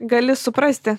gali suprasti